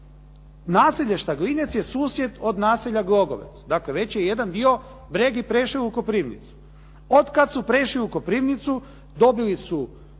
Naselje Štaglinec je susjed od naselja Glogovac, dakle već je jedan dio Bregi prešao u Koprivnicu. Od kad su prešli u Koprivnicu dobili su